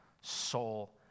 soul